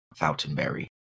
Fountainberry